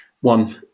One